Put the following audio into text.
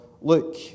Look